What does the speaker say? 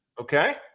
Okay